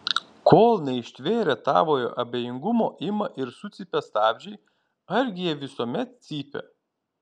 kol neištvėrę tavojo abejingumo ima ir sucypia stabdžiai argi jie visuomet cypia